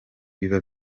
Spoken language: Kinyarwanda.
biba